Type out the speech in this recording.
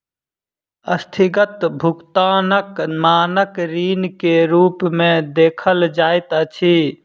अस्थगित भुगतानक मानक ऋण के रूप में देखल जाइत अछि